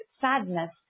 sadness